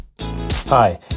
Hi